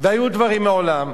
והיו דברים מעולם.